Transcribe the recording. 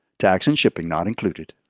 tax and shipping not included.